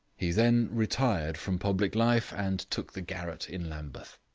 he then retired from public life and took the garret in lambeth.